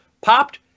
popped